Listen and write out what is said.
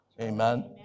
Amen